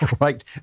right